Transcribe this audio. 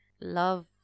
love